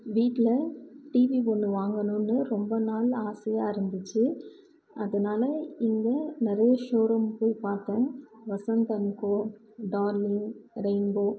வீட்டில் டிவி ஒன்று வாங்கணுன்னு ரொம்ப நாள் ஆசையாக இருந்துச்சு அதனால இங்கே நிறைய ஷோரூம் போய் பார்த்தோம் Vasanth and Co Darling rainbow